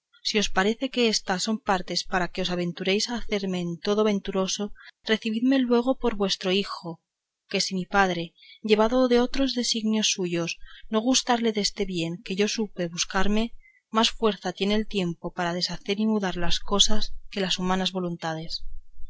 si os parece que éstas son partes para que os aventuréis a hacerme en todo venturoso recebidme luego por vuestro hijo que si mi padre llevado de otros disignios suyos no gustare deste bien que yo supe buscarme más fuerza tiene el tiempo para deshacer y mudar las cosas que las humanas voluntades